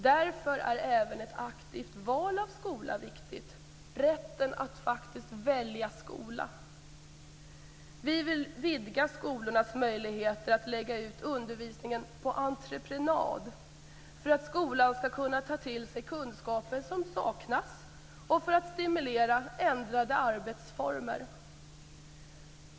Därför är även ett aktivt val av skola viktigt - rätten att faktiskt välja skola. Vi vill vidga skolornas möjligheter att lägga ut undervisningen på entreprenad för att skolan skall kunna ta till sig kunskaper som saknas och för att stimulera ändrade arbetsformer.